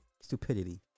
stupidity